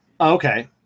Okay